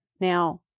Now